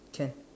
can